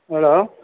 hello